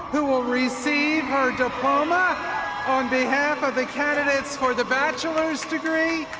who will receive her diploma on behalf of the candidates for the bachelor's degree,